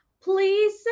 please